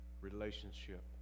relationship